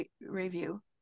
review